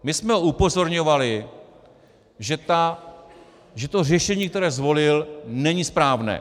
My jsme upozorňovali, že to řešení, které zvolil, není správné.